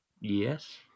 Yes